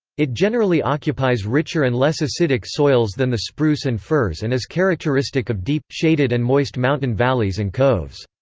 it generally occupies richer and less acidic soils than the spruce and firs and is characteristic of deep, shaded and moist mountain valleys and coves.